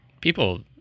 People